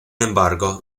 embargo